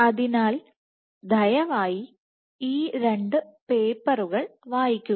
അതിനാൽദയവായി ഈ രണ്ട് പേപ്പറുകൾ വായിക്കുക